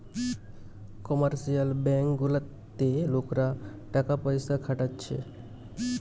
commercial bank গুলাতে লোকরা টাকা পয়সা খাটাচ্ছে